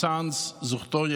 ישראל אייכלר: אני רוצה שיהיה ברור,